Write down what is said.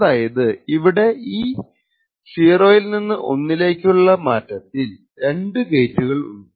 അതായത് ഇവിടെ ഈ 0 ൽ നിന്ന് 1 ലേക്കുള്ള മാറ്റത്തിൽ രണ്ടു ഗേറ്റുകൾ ഉണ്ട്